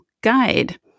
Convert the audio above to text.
guide